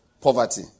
Poverty